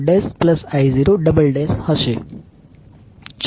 ચાલો આપણે પ્રથમ વોલ્ટેજ સોર્સ લઈએ